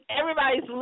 everybody's